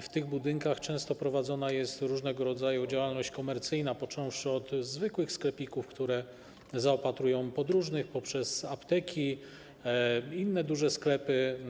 W tych budynkach często prowadzona jest różnego rodzaju działalność komercyjna, począwszy od zwykłych sklepików, które zaopatrują podróżnych, poprzez apteki i inne duże sklepy.